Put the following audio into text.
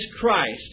Christ